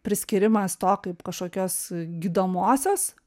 priskyrimas to kaip kažkokios gydomosios